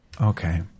Okay